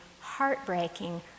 heartbreaking